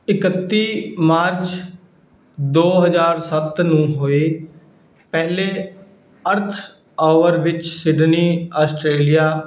ਇਕੱਤੀ ਮਾਰਚ ਦੋ ਹਜ਼ਾਰ ਸੱਤ ਨੂੰ ਹੋਏ ਪਹਿਲੇ ਅਰਥ ਆਵਰ ਵਿੱਚ ਸਿਡਨੀ ਆਸਟਰੇਲੀਆ